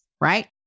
right